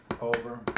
Over